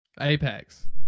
Apex